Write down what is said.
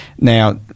now